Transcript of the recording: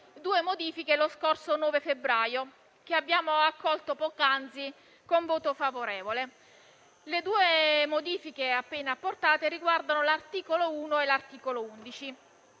due modifiche lo scorso 9 febbraio, che abbiamo poc'anzi accolto, con voto favorevole. Le due modifiche appena apportate riguardano l'articolo 1 e l'articolo 21